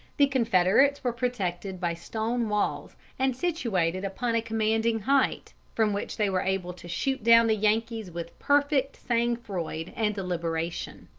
the confederates were protected by stone walls and situated upon a commanding height from which they were able to shoot down the yankees with perfect sang-froid and deliberation.